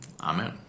Amen